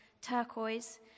turquoise